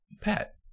Pat